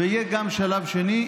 ויהיה גם שלב שני.